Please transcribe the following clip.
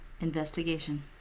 investigation